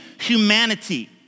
humanity